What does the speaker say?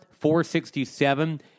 467